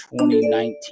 2019